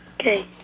Okay